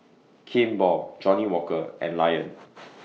Kimball Johnnie Walker and Lion